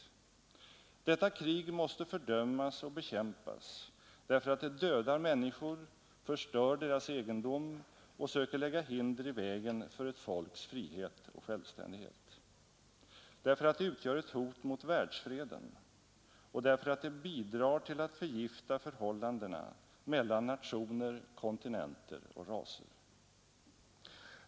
Detta krig måste fördömas och bekämpas därför att det dödar människor, förstör deras egendom och söker lägga hinder i vägen för ett folks frihet och självständighet, därför att det utgör ett hot mot världsfreden och därför att det bidrar till att förgifta förhållandena mellan nationer, kontinenter och raser.